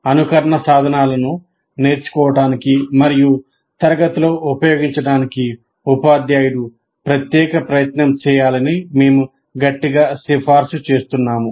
అనుకరణ సాధనాలను నేర్చుకోవడానికి మరియు తరగతిలో ఉపయోగించడానికి ఉపాధ్యాయుడు ప్రత్యేక ప్రయత్నం చేయాలని మేము గట్టిగా సిఫార్సు చేస్తున్నాము